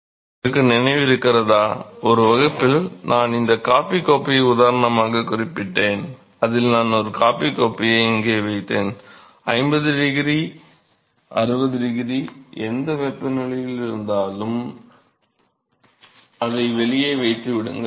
உங்களுக்கு நினைவிருக்கிறதா ஒரு வகுப்பில் நான் இந்த காபி கோப்பையை உதாரணமாகக் குறிப்பிட்டேன் அதில் நான் ஒரு காபி கோப்பையை இங்கே வைத்தேன் 50 𝆩 60 𝆩 எந்த வெப்பநிலையில் இருந்தாலும் அதை வெளியே வைத்துவிடுங்கள்